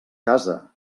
casa